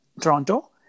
Toronto